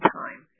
time